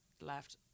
left